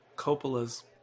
coppola's